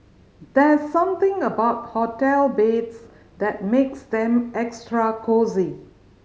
there's something about hotel beds that makes them extra cosy